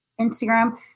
Instagram